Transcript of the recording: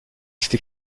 écrit